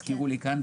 הזכירו לי כאן,